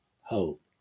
hope